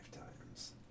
lifetimes